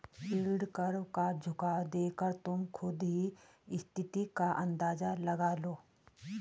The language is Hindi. यील्ड कर्व का झुकाव देखकर तुम खुद ही स्थिति का अंदाजा लगा लो